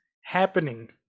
happening